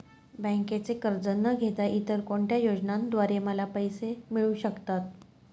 बँकेचे कर्ज न घेता इतर कोणत्या योजनांद्वारे मला पैसे मिळू शकतात?